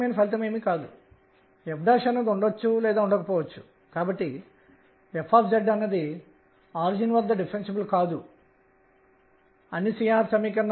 మరియు ∫pd 2πL Lz లేదా L Lz అనేది n లేదా L Lzn కు సమానం ఇదే nn